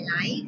life